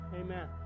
Amen